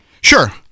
Sure